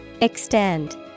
Extend